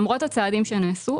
למרות הצעדים שנעשו,